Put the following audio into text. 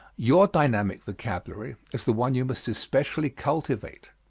your dynamic vocabulary is the one you must especially cultivate.